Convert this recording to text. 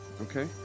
Okay